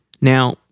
Now